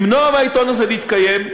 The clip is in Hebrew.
למנוע מהעיתון הזה להתקיים,